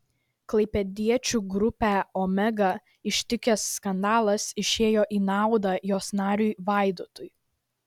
klaipėdiečių grupę omega ištikęs skandalas išėjo į naudą jos nariui vaidotui